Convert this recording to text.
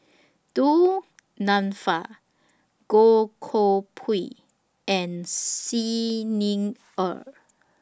Du Nanfa Goh Koh Pui and Xi Ni Er